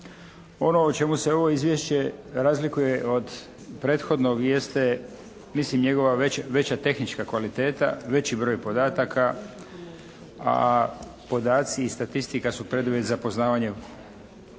Ono o čemu se ovo izvješće razlikuje od prethodnog jeste, mislim njegova veća tehnička kvaliteta, veći broj podataka, a podaci i statistika su preduvjet za poznavanje